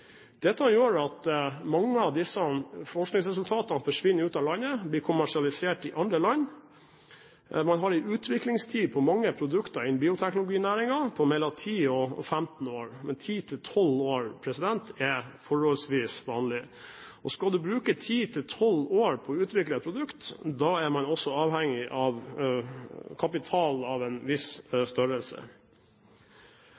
Dette gjør at mange av disse forskningsresultatene forsvinner ut av landet og blir kommersialisert i andre land. Man har en utviklingstid på mange produkter innen bioteknologinæringen på mellom ti og femten år – ti–tolv år er forholdsvis vanlig. Skal man bruke ti–tolv år på å utvikle et produkt, er man også avhengig av kapital av en viss